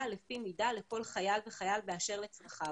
לפי מידה לכל חייל וחייל באשר לצרכיו,